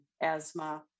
asthma